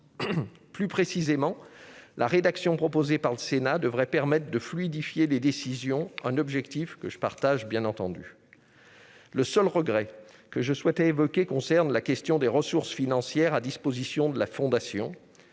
Plus précisément, la rédaction proposée par le Sénat devrait permettre de fluidifier les décisions, objectif que je partage évidemment. Le seul regret que je souhaite évoquer concerne la question des ressources financières mises à disposition de la Fondation.